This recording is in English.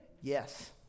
Yes